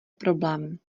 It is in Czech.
problém